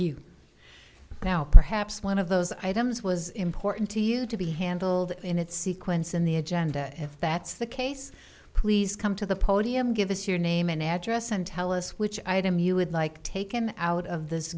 noted now perhaps one of those items was important to you to be handled in its sequence in the agenda if that's the case please come to the podium give us your name and address and tell us which item you would like taken out of this